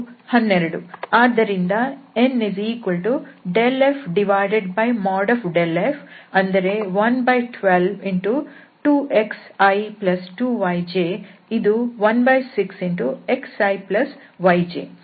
ಆದ್ದರಿಂದ n∇f∇f1122xi2yj ಇದು 16xiyj